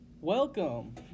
Welcome